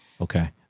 Okay